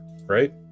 right